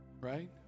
right